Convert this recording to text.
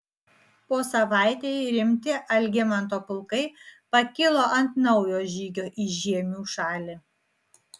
po savaitei rimti algimanto pulkai pakilo ant naujo žygio į žiemių šalį